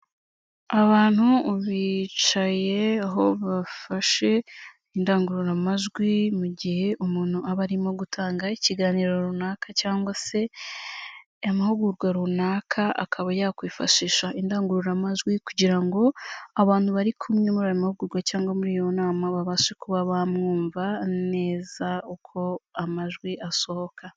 Abantu bicaye, aho bafashe indangururamajwi mu gihe umuntu aba arimo gutanga ikiganiro runaka cyangwa se amahugurwa runaka akaba yakwifashisha indangururamajwi kugira ngo abantu bari kumwe muri aya mahugurwa cyangwa muri iyo nama babashe kuba bamwumva neza uko amajwi asohoka.